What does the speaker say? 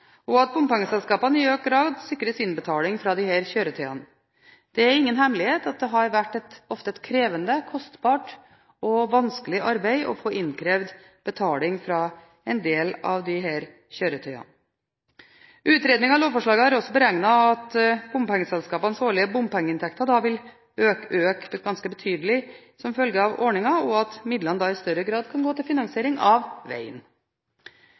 og at bompengeselskapene i økt grad sikres innbetaling fra disse kjøretøyene. Det er ingen hemmelighet at det ofte har vært et krevende, kostbart og vanskelig arbeid å få innkrevd betaling fra en del av disse kjøretøyene. Utredningen av lovforslaget har også beregnet at bompengeselskapenes årlige bompengeinntekter vil øke ganske betydelig som følge av ordningen, og at midlene i større grad kan gå til finansiering av